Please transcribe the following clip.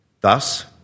Thus